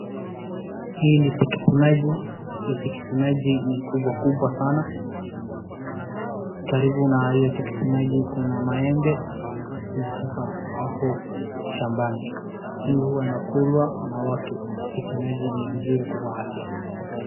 Hii ni tikiti maji , tikiti maji ni kubwa kubwa sana karibu na hiyo tikiti maji kuna maembe imetoka hapo shambani hii huwa inakulwa na watu , tikiti maji ni nzuri kwa afya .